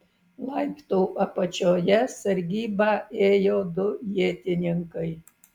laiptų apačioje sargybą ėjo du ietininkai